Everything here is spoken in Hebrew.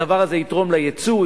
הדבר הזה יתרום ליצוא,